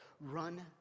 run